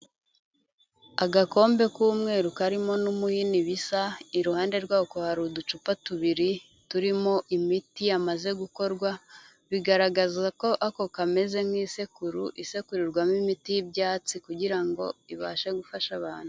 Agakombe k'umweru karimo n'umuhini bisa, iruhande rwako hari uducupa tubiri turimo imiti yamaze gukorwa, bigaragaza ko ako kameze nk'isekuru isekurirwamo imiti y'ibyatsi kugira ngo ibashe gufasha abantu.